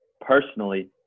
personally